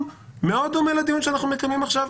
מאוד דומה לדיון שאנחנו מקיימים עכשיו.